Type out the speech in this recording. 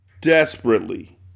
desperately